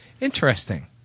Interesting